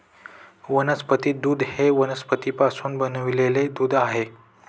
वनस्पती दूध हे वनस्पतींपासून बनविलेले दूध आहे